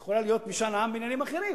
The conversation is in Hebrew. יכול להיות משאל עם בעניינים אחרים.